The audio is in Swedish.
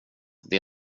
det